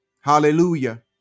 Hallelujah